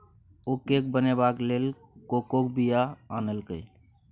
ओ cake बनेबाक लेल कोकोक बीया आनलकै